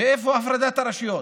ואיפה הפרדת הרשויות,